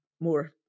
more